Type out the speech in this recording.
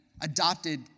adopted